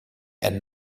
and